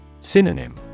Synonym